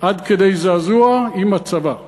עד כדי זעזוע, עם הצבא והשב"כ.